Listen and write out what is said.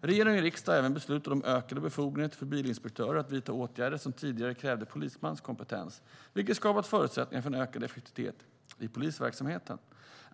Regering och riksdag har även beslutat om ökade befogenheter för bilinspektörer att vidta åtgärder som tidigare krävde polismans kompetens, vilket har skapat förutsättningar för en ökad effektivitet i polisverksamheten.